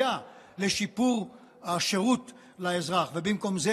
אני רוצה לדבר שנייה על השר לביטחון פנים,